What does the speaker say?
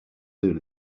soon